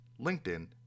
LinkedIn